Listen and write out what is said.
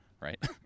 right